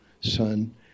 son